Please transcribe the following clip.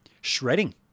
shredding